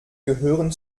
gehören